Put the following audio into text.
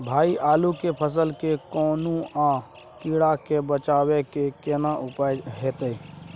भाई आलू के फसल के कौनुआ कीरा से बचाबै के केना उपाय हैयत?